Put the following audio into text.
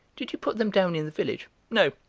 did you put them down in the village? no,